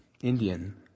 Indian